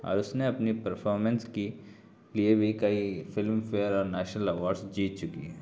اور اس نے اپنی پرفارمنس کی لیے بھی کئی فلم فیئر اور نیشنل اوارڈس جیت چکی ہیں